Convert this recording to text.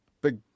big